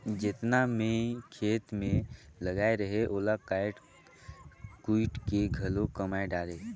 जेतना मैं खेत मे लगाए रहें ओला कायट कुइट के घलो कमाय डारें